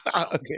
Okay